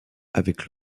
avec